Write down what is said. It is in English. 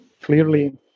clearly